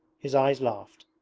his eyes laughed,